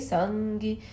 Sangi